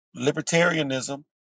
libertarianism